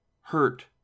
hurt